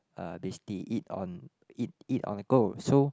uh basically eat on eat eat on the go so